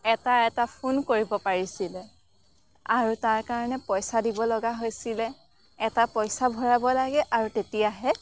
এটা এটা ফোন কৰিব পাৰিছিলে আৰু তাৰকাৰণে পইচা দিবলগীয়া হৈছিলে এটা পইচা ভৰাব লাগে আৰু তেতিয়াহে